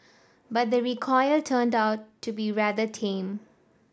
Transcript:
but the recoil turned out to be rather tame